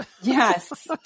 Yes